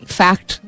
fact